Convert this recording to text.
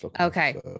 Okay